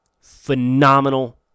phenomenal